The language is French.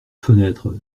fenêtre